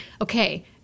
Okay